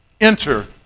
Enter